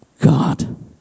God